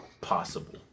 possible